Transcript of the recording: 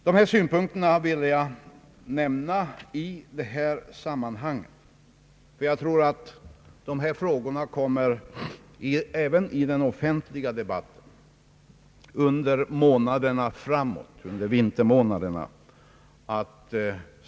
Jag vill framföra dessa synpunkter i detta sammanhang, ty jag tror att dessa frågor under de kommande vintermånaderna spelar en mycket stor roll i den offentliga debatten.